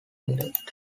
needed